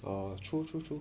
oh true true true